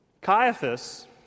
Caiaphas